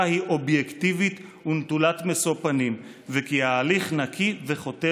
היא אובייקטיבית ונטולת משוא פנים ושההליך נקי וחותר